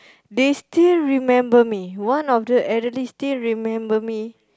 they still remember me one of the elderly still remember me